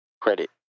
credit